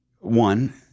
One